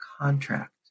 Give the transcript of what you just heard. contract